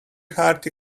hearty